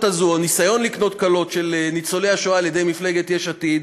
הניסיון לקנות קולות של ניצולי השואה על ידי מפלגת יש עתיד.